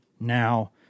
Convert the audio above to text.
now